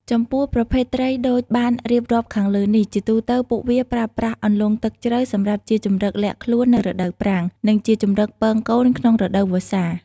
ចំពោះប្រភេទត្រីដូចបានរៀបរាប់ខាងលើនេះ ជាទូទៅ ពួកវាប្រើប្រាស់អន្លង់ទឹកជ្រៅសម្រាប់ជាជម្រកលាក់ខ្លួននៅរដូវប្រាំង និងជាជម្រកពង-កូនក្នុងរដូវវស្សា។